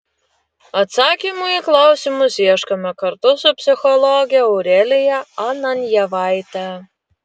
atsakymų į klausimus ieškome kartu su psichologe aurelija ananjevaite